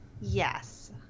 yes